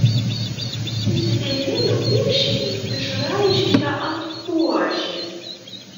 įsidėmėjau piešinį išraižytą ant buožės